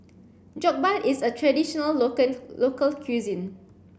Jokbal is a traditional local cuisine